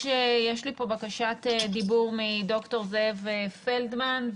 יש לי כאן בקשת דיבור מדוקטור זאב פלדמן.